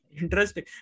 Interesting